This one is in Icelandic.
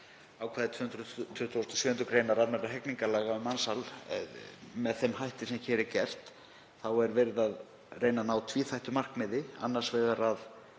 ákvæði 227. gr. almennra hegningarlaga um mansal með þeim hætti sem hér er gert er verið að reyna að ná tvíþættu markmiði, annars vegar að